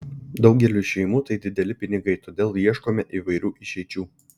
daugeliui šeimų tai dideli pinigai todėl ieškome įvairių išeičių